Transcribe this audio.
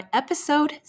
episode